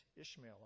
Ishmael